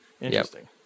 Interesting